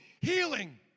healing